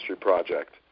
Project